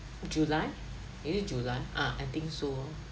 july is it july ah I think so